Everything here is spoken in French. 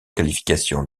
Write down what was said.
qualification